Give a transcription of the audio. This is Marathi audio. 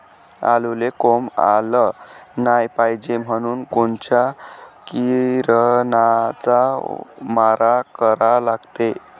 आलूले कोंब आलं नाई पायजे म्हनून कोनच्या किरनाचा मारा करा लागते?